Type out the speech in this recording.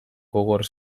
gogor